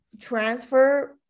transfer